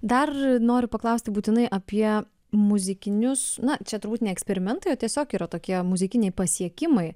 dar noriu paklausti būtinai apie muzikinius na čia turbūt ne eksperimentai o tiesiog yra tokie muzikiniai pasiekimai